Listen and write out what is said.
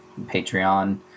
Patreon